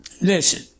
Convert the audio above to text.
Listen